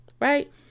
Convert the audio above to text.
Right